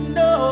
no